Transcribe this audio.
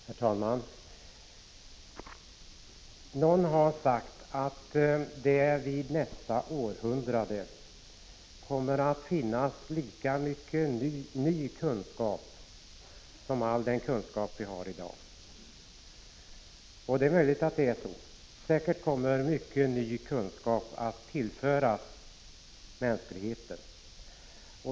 Herr talman! Någon har sagt att det under nästa århundrade kommer att finnas lika mycket ny kunskap som all den kunskap vi har i dag. Det är möjligt att det är så. Säkerligen kommer mycken ny kunskap att tillföras mänskligheten.